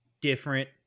different